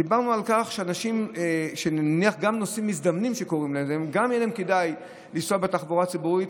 דיברנו על כך שגם לנוסעים מזדמנים יהיה כדאי לנסוע בתחבורה הציבורית,